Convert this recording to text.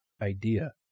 idea